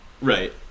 Right